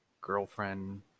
girlfriend